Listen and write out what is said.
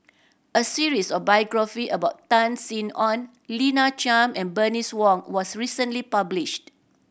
a series of biography about Tan Sin Aun Lina Chiam and Bernice Wong was recently published